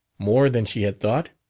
more than she had thought?